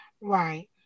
right